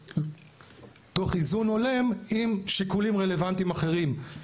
תוך איזון הולם עם שיקולים רלוונטיים אחרים,